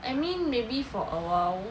I mean maybe for a while